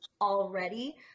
already